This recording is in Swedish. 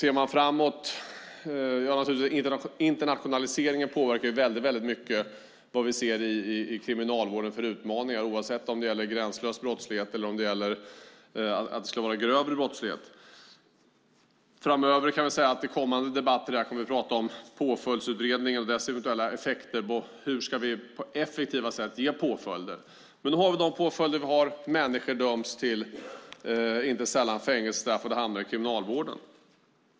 Framöver påverkar naturligtvis internationaliseringen utmaningarna i Kriminalvården väldigt mycket, oavsett om det gäller gränslös brottslighet eller grövre brottslighet. I kommande debatter kommer vi att prata om Påföljdsutredningen och dess eventuella inverkan på hur vi på effektiva sätt ska ge påföljder. Men nu har vi de påföljder vi har. Människor döms inte sällan till fängelsestraff och hamnar i kriminalvården.